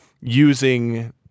using